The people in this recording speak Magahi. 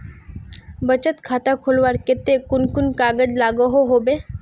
बचत खाता खोलवार केते कुन कुन कागज लागोहो होबे?